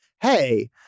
hey